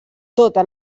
totes